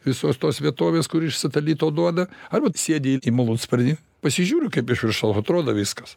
visos tos vietovės kur iš satelito duoda arba sėdi į malūnsparnį pasižiūri kaip iš viršau atrodo viskas